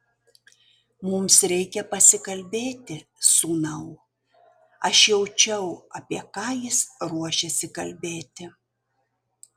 mums reikia pasikalbėti sūnau aš jaučiau apie ką jis ruošiasi kalbėti